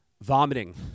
vomiting